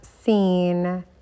seen